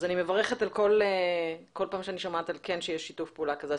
אז אני מברכת כל פעם שאני שומעת על כן שיש שיתוף פעולה כזה.